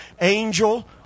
angel